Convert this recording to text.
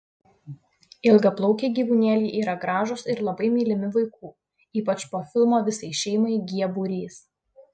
ilgaplaukiai gyvūnėliai yra gražūs ir labai mylimi vaikų ypač po filmo visai šeimai g būrys